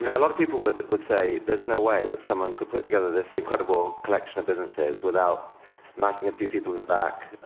a lot of people would would say there's no way that someone could put together this incredible collection of businesses without knifing a few people in the back,